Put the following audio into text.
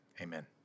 Amen